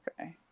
Okay